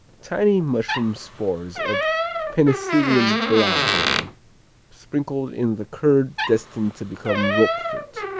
tiny mushroom spores of penicillium glaucum sprinkled in the curd destined to become roquefort,